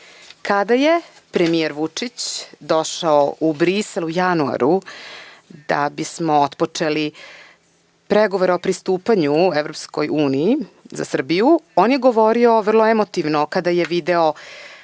je premijer Vučić došao u Brisel u januaru, da bismo otpočeli pregovore o pristupanju Evropskoj uniji za Srbiju, on je govorio vrlo emotivno kada je video